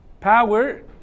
power